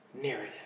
narrative